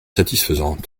satisfaisante